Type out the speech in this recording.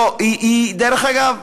דרך אגב,